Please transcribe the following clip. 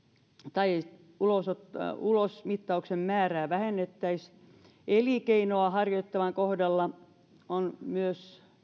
tai että ulosmittauksen määrää vähennettäisiin elinkeinoa harjoittavan kohdalla on myös